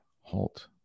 Halt